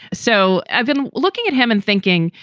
so evan, looking at him and thinking,